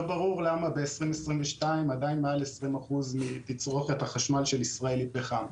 לא ברור למה ב-2022 עדיין מעל 20% מתצרוכת החשמל של ישראל היא פחם.